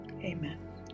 amen